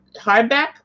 hardback